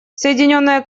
соединенное